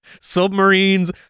submarines